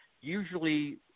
usually